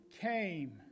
came